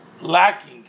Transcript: lacking